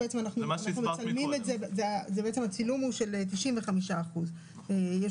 ובעצם הצילום הוא של 95%. זה מה שהסברת מקודם.